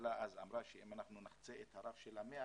והממשלה אמרה שאם נחצה את הרף של ה-100,